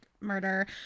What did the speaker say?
murder